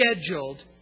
scheduled